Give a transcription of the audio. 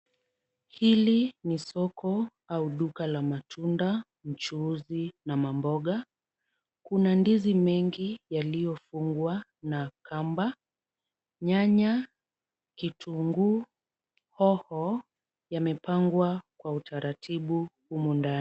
Hili ni soko au duka la matunda, mchuuzi na mamboga. Kuna ndizi mengi yaliyofungwa na kamba. Nyanya, kitunguu, hoho yamepangwa kwa utaratibu humu ndani.